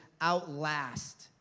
outlast